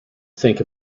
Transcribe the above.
think